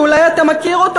שאולי אתה מכיר אותו.